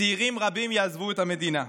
צעירים רבים יעזבו את המדינה,